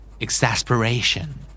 Exasperation